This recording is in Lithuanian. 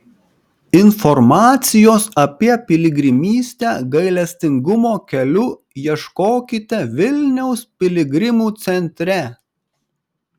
informacijos apie piligrimystę gailestingumo keliu ieškokite vilniaus piligrimų centre